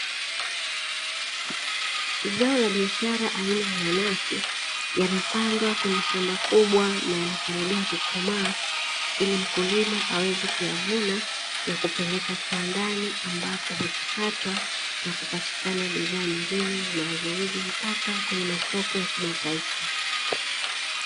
Zao la biashara aina ya nanasi yamepandwa kwenye shamba kubwa na yanakaribia kukomaa, ili mkulima aweze kuyavuna na kupeleka kiwandani ambapo huchakatwa na kupatikana bidhaa nyingine zinazouzwa mpaka kwenye masoko ya kimataifa.